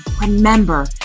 remember